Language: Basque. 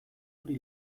hori